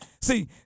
see